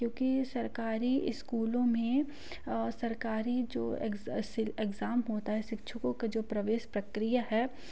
क्योंकि सरकारी इस्कूलों में सरकारी जो एग्ज एग्ज़ाम होता है शिक्षकों का जो प्रवेश प्रक्रिया है